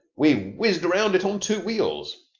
we've whizzed round it on two wheels.